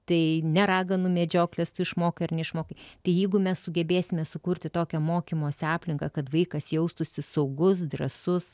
tai ne raganų medžioklės tu išmokai ar neišmokai tai jeigu mes sugebėsime sukurti tokią mokymosi aplinką kad vaikas jaustųsi saugus drąsus